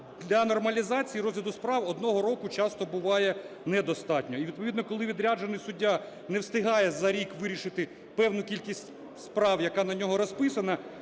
для нормалізації розгляду справ одного року часто буває недостатньо. І відповідно, коли відряджений суддя не встигає за рік вирішити певну кількість справ, яка на нього розписана,